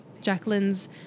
Jacqueline's